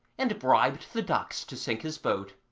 and bribed the ducks to sink his boat.